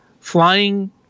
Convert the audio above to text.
flying